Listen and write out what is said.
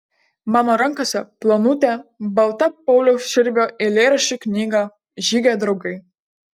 mano rankose plonutė balta pauliaus širvio eilėraščių knyga žygio draugai